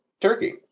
Turkey